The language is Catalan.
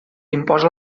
imposa